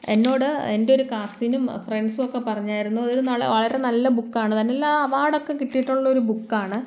എന്നോട് എന്റെ ഒരു കസിനും ഫ്രണ്ട്സുമൊക്കെ പറഞ്ഞായിരുന്നു ഒരു നല്ല വളരെ നല്ല ബുക്കാണ് നല്ല അവാർഡൊക്കെ കിട്ടിയിട്ടുള്ളൊരു ബുക്കാണ്